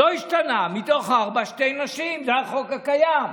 לא השתנה: מתוך הארבע, שתי נשים, זה החוק הקיים.